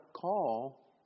call